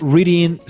Reading